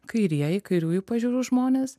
kairieji kairiųjų pažiūrų žmonės